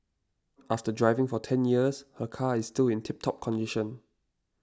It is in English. after driving for ten years her car is still in tip top condition